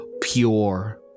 pure